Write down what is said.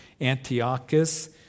Antiochus